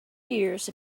years